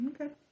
Okay